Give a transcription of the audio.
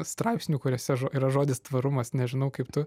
straipsnių kuriuose yra žodis tvarumas nežinau kaip tu